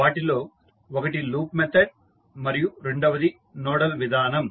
వాటిలో ఒకటి loop method మరియు రెండవది నోడల్ విధానం